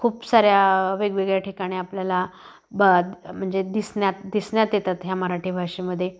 खूप साऱ्या वेगवेगळ्या ठिकाणी आपल्याला ब म्हणजे दिसण्यात दिसण्यात येतात ह्या मराठी भाषेमध्ये